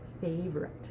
favorite